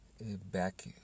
back